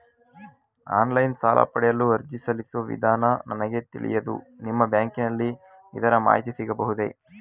Online ಸಾಲ ಪಡೆಯಲು ಅರ್ಜಿ ಸಲ್ಲಿಸುವ ವಿಧಾನ ನನಗೆ ತಿಳಿಯದು ನಿಮ್ಮ ಬ್ಯಾಂಕಿನಲ್ಲಿ ಅದರ ಮಾಹಿತಿ ಸಿಗಬಹುದೇ?